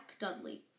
Dudley